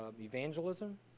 evangelism